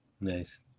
nice